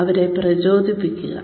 അവരെ പ്രചോദിപ്പിക്കുക